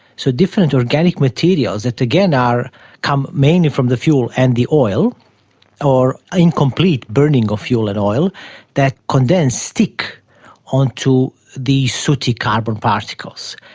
so different organic materials that again come mainly from the fuel and the oil or incomplete burning of fuel and oil that can then stick onto the sooty carbon particles.